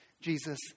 Jesus